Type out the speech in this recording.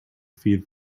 feed